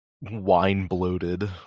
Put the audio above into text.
wine-bloated